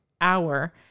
hour